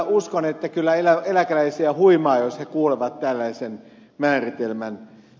uskon että kyllä eläkeläisiä huimaa jos he kuulevat tällaisen määritelmän